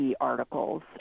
articles